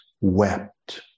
wept